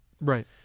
Right